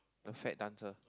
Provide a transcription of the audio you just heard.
the fat dancer